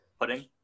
pudding